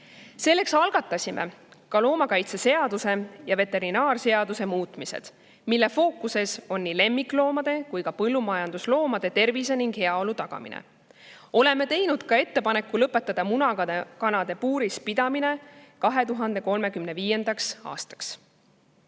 Selleks algatasime loomakaitseseaduse ja veterinaarseaduse muudatused, mille fookuses on nii lemmikloomade kui ka põllumajandusloomade tervise ja heaolu tagamine. Oleme teinud ka ettepaneku lõpetada munakanade puuris pidamine 2035. aastaks. Hea